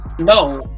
no